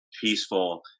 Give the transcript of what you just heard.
peaceful